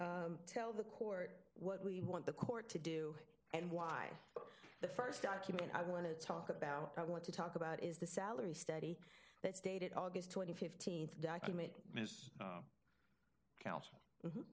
tell the court what we want the court to do and why the first document i want to talk about i want to talk about is the salary study that's dated august twenty fifteen